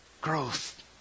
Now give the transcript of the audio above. Growth